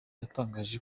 yatangaje